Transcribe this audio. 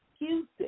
excuses